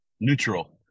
Neutral